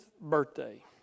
birthday